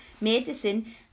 medicine